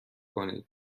کنید